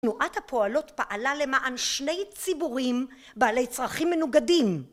תנועת הפועלות פעלה למען שני ציבורים, בעלי צרכים מנוגדים.